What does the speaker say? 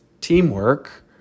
Teamwork